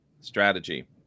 strategy